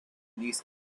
these